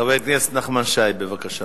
חבר הכנסת נחמן שי, בבקשה.